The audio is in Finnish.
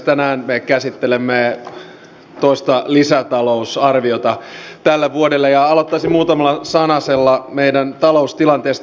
tänään me käsittelemme toista lisätalousarviota tälle vuodelle ja aloittaisin muutamalla sanasella meidän taloustilanteesta